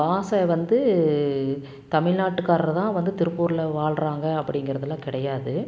பாசை வந்து தமிழ் நாட்டுக்காரர்தான் வந்து திருப்பூர்ல வாழ்றாங்க அப்படிங்கிறதெல்லாம் கிடையாது